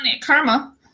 karma